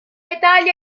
italia